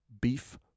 beef